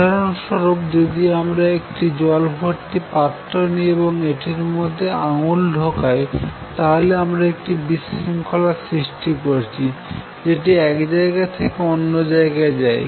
উদাহরন সরুপ যদি আমরা একটি জল ভর্তি পাত্র নিই এবং এটির মধ্যে আঙ্গুল ঢোকাই তাহলে আমরা একটি বিশৃঙ্খলা সৃষ্টি করছি যেটি এক জায়গা থেকে অন্য জায়গায় যায়